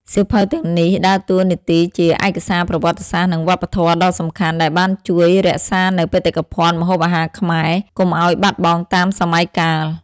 សៀវភៅទាំងនេះដើរតួនាទីជាឯកសារប្រវត្តិសាស្ត្រ និងវប្បធម៌ដ៏សំខាន់ ដែលបានជួយ រក្សានូវបេតិកភណ្ឌម្ហូបអាហារខ្មែរ កុំឲ្យបាត់បង់តាមសម័យកាល។